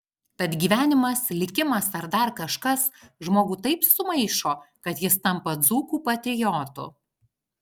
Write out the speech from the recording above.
tad gyvenimas likimas ar dar kažkas žmogų taip sumaišo kad jis tampa dzūkų patriotu